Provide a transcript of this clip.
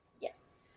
Yes